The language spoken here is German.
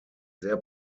sehr